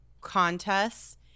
contests